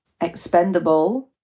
expendable